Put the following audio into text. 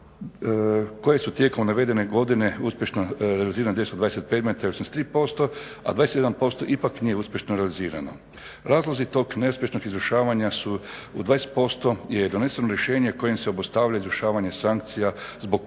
koje su tijekom navedene godine uspješno realizirane 220 predmeta i 83%, a 27% ipak nije uspješno realizirano. Razlozi tog … izvršavanja su u 20% je doneseno rješenje u kojem se obustavlja izvršavanje sankcija zbog